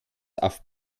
auf